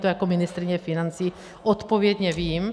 To jako ministryně financí odpovědně vím.